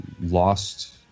lost